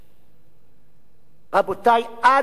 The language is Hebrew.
רבותי, עד היום אין חוק